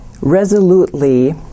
resolutely